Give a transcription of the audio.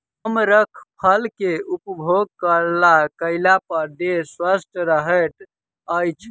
कमरख फल के उपभोग कएला पर देह स्वस्थ रहैत अछि